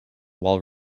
while